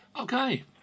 Okay